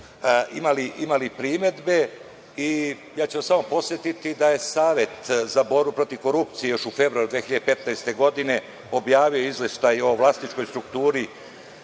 imali primedbe. Ja ću vas samo podsetiti da je Savet za borbu protiv korupcije još u februaru 2015. godine objavio izveštaj o vlasničkoj strukturi